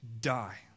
die